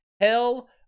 Hell